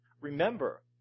Remember